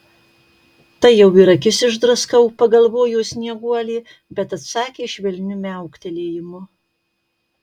tai jau ir akis išdraskau pagalvojo snieguolė bet atsakė švelniu miauktelėjimu